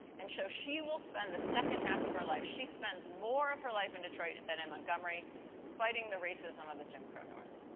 and, so she will spend the second half of her life, she spends more of her life in detroit than in montgomery fighting the racism of the jim crow north